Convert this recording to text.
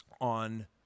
on